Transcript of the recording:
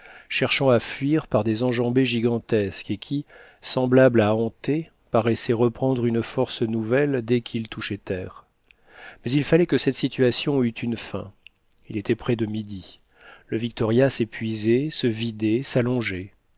cherchant à fuir par des enjambées gigantesques et qui semblables à antée paraissaient reprendre une force nouvelle dès qu'ils touchaient terre mais il fallait que cette situation eut une fin il était près de midi le victoria s'épuisait se vidait